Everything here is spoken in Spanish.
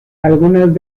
algunas